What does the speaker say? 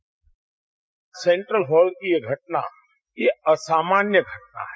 bite central hall की यह घटना यह असामान्य घटना है